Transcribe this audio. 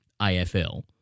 AFL